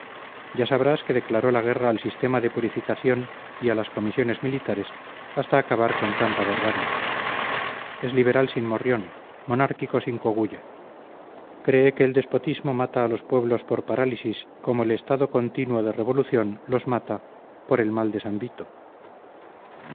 ya sabrás que declaró la guerra al sistema de purificacióny a las comisiones militares hasta acabar con tanta barbarie es liberal sin morrión monárquico sin cogulla cree que el despotismo mata a los pueblos por parálisis como el estado continuo de revolución los mata por el mal de